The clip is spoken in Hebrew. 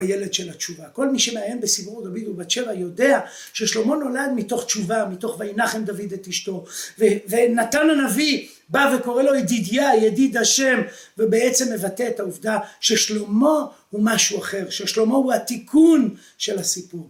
הילד של התשובה, כל מי שמעיין בסיפור דוד ובת-שבע יודע ששלמה נולד מתוך תשובה, מתוך וינחם דוד את אשתו. ונתן הנביא בא וקורא לו ידידיה - ידיד ה', ובעצם מבטא את העובדה ששלמה הוא משהו אחר. ששלמה הוא התיקון של הסיפור